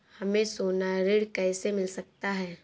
हमें सोना ऋण कैसे मिल सकता है?